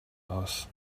aus